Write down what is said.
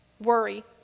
worry